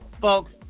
folks